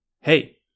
Hey